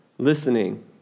Listening